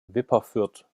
wipperfürth